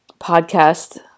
podcast